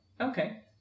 Okay